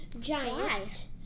giant